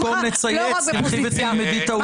אולי במקום לצייץ, תלכי ותלמדי את העובדות.